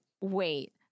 wait